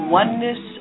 oneness